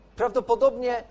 prawdopodobnie